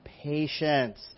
patience